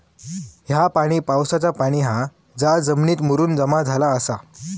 ह्या पाणी पावसाचा पाणी हा जा जमिनीत मुरून जमा झाला आसा